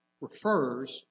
refers